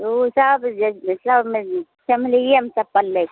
ओ सभ जे जे सभ मे चमड़ियेमे चप्पल लैके छै